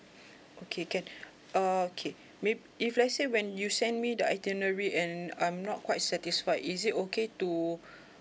okay can err okay maybe if let's say when you send me the itinerary and I'm not quite satisfied is it okay to